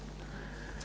Hvala.